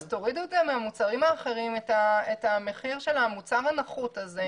אז תורידו מהמוצרים האחרים את המחיר של המוצר הנחות הזה,